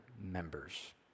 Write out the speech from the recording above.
members